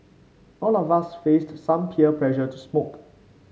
all of us faced some peer pressure to smoke